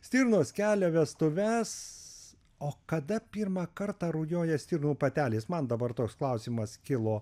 stirnos kelia vestuves o kada pirmą kartą rujoja stirnų patelės man dabar toks klausimas kilo